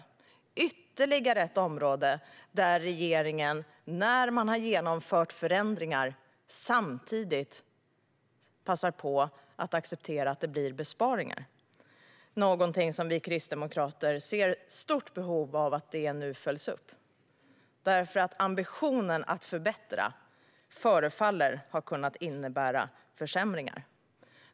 Det är ytterligare ett område där regeringen, när man har genomfört förändringar, samtidigt passar på att acceptera att det blir besparingar. Vi kristdemokrater ser ett stort behov av att detta följs upp, därför att ambitionen att förbättra förefaller att ha kunnat innebära försämringar.